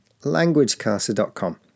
languagecaster.com